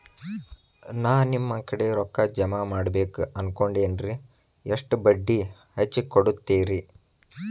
ನಾ ನಿಮ್ಮ ಕಡೆ ರೊಕ್ಕ ಜಮಾ ಮಾಡಬೇಕು ಅನ್ಕೊಂಡೆನ್ರಿ, ಎಷ್ಟು ಬಡ್ಡಿ ಹಚ್ಚಿಕೊಡುತ್ತೇರಿ?